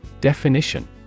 Definition